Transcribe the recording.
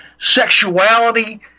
sexuality